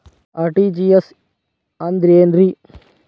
RTGS ಅಂದ್ರ ಏನ್ರಿ?